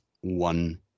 one